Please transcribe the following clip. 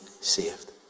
saved